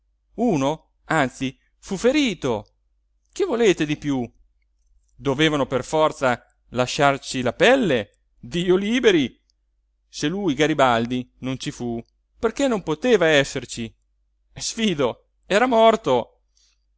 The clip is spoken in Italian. uno anzi fu ferito che volete di piú dovevano per forza lasciarci la pelle dio liberi se lui garibaldi non ci fu perché non poteva esserci sfido era morto